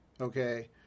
Okay